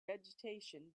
vegetation